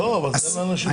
הבנו שזה לא בא מכם.